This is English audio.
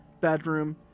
bedroom